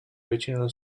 regional